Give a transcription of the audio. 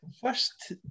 first